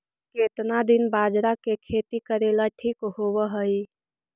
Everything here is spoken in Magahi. केतना दिन बाजरा के खेती करेला ठिक होवहइ?